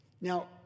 Now